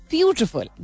Beautiful